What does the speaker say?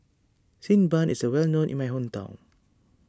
Xi Ban is well known in my hometown